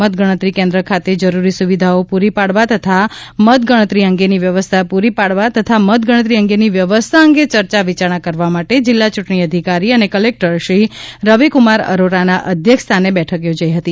મતગણતરી કેન્દ્ર ખાતે જરૂરી સુવિધાઓ પૂરી પાડવા તથા મતગણતરી અંગેની વ્યવસ્થા પૂરી પાડવા તથા મતગણતરી અંગેની વ્યનવસ્થા અંગે ચર્ચા વિચારણા કરવા માટે જિલ્લા ચ્રંટણી અીધકારી અને કલેક્ટરશ્રી રવિકુમાર અરોરાના અધ્યક્ષસ્થાનને બેઠક યોજાઇ હતી